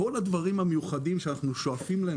כל הדברים המיוחדים שאנחנו שואפים להם